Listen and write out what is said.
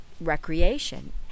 recreation